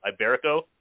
iberico